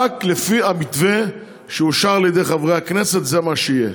רק לפי המתווה שאושר על ידי חברי הכנסת זה מה שיהיה,